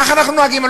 כך אנחנו נוהגים.